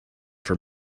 for